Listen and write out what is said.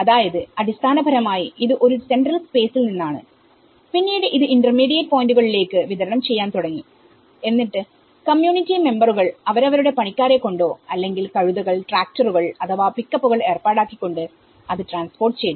അതായത് അടിസ്ഥാനപരമായി ഇത് ഒരു സെൻട്രൽ സ്പേസിൽ നിന്നാണ് പിന്നീട് അത് ഇന്റർമീഡിയേറ്റ് പോയിന്റുകളിലേക്ക് വിതരണം ചെയ്യാൻ തുടങ്ങി എന്നിട്ട് കമ്യൂണിറ്റി മെമ്പറുകൾ അവരവരുടെ പണിക്കാരെ കൊണ്ടോ അല്ലെങ്കിൽ കഴുതകൾട്രാക്ടറുകൾ അഥവാ പികപ്പുകൾ ഏർപ്പാടാക്കി കൊണ്ട് അത് ട്രാൻസ്പോർട്ട് ചെയ്തു